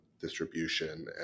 distribution